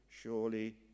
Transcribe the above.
surely